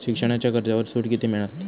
शिक्षणाच्या कर्जावर सूट किती मिळात?